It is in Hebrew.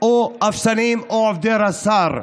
או אפסנאים או עובדי רס"ר.